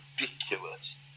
ridiculous